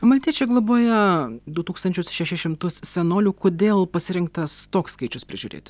maltiečiai globoja du tūkstančius šešis šimtus senolių kodėl pasirinktas toks skaičius prižiūrėti